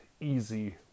easy